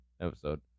episode